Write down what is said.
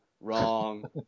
wrong